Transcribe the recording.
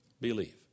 believe